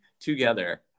together